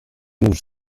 moves